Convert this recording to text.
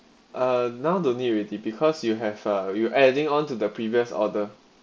uh now don't need already because you have uh you adding onto the previous order